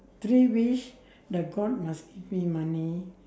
three wish the god must give me money